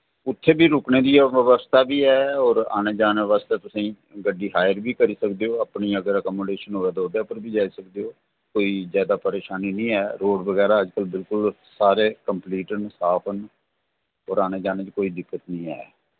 उत्थै बी रुकने दी बवस्था बी ऐ और आने जाने बास्तै तुसें गी गड्डी हायर बी करी सकदे ओ अपनी अगर एकमोडेशन होऐ ते ओह्दे पर बी जाई सकदे ओ कोई जैदा परेशानी निं ऐ रोड़ बगैरा अज कल्ल सारे कम्प्लीट न साफ न होर आने जाने दी कोई दिक्कत निं ऐ